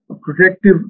protective